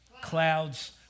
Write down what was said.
Clouds